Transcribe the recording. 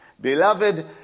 Beloved